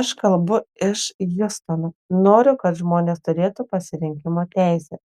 aš kalbu iš hjustono noriu kad žmonės turėtų pasirinkimo teisę